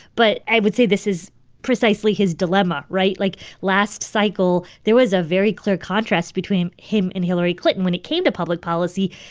but i would say this is precisely his dilemma, right? like, last cycle, there was a very clear contrast between him and hillary clinton when it came to public policy,